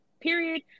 Period